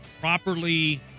properly